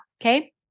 Okay